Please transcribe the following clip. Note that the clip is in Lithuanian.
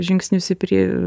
žingsnius į prie